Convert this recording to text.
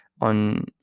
on